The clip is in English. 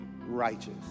righteous